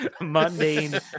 mundane